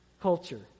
culture